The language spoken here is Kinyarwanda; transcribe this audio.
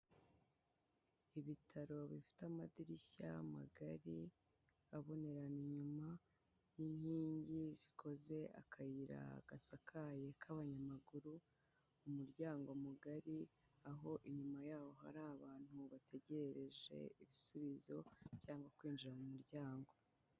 Ibitaro bifite amadirishya magari abonerana, inyuma n'inkingi zikoze akayira gasakaye k'abanyamaguru, umuryango mugari aho inyuma yaho hari abantu bategereje ibisubizo cyangwa kwinjira mu muryango.